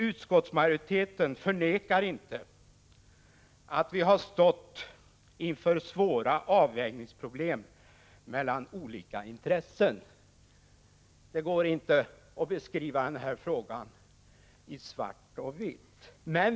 Utskottsmajoriteten förnekar inte att vi har stått inför svåra avvägningar mellan olika intressen. Det går inte att i den här frågan måla i svart och vitt.